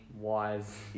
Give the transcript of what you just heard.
Wise